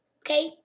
okay